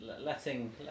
letting